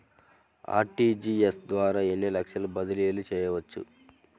RTGS ద్వారా ఎన్ని లక్షలు బదిలీ చేయవచ్చు?